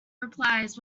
replies